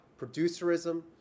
producerism